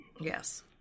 yes